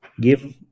give